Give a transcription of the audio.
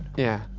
yeah. ah,